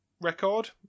record